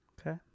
Okay